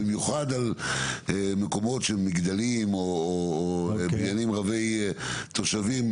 במיוחד על מגדלים או בניינים מרובי תושבים,